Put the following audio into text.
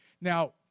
Now